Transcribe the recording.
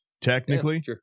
Technically